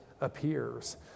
appears